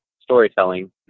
storytelling